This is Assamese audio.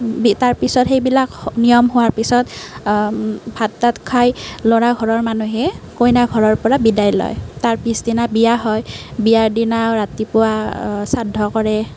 তাৰ পিছত সেইবিলাক নিয়ম হোৱাৰ পিছত ভাত তাত খাই ল'ৰাঘৰৰ মানুহে কইনাঘৰৰ পৰা বিদায় লয় তাৰ পিছদিনা বিয়া হয় বিয়াৰ দিনা ৰাতিপুৱা শ্ৰাদ্ধ কৰে